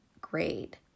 grade